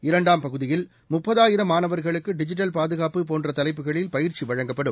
இரண்டாம் பகுதியில் முப்பதாயிரம் மாணவர்களுக்குடிஜிட்டல் பாதுகாப்பு போன்றதலைப்புகளில் பயிற்சிவழங்கப்படும்